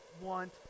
want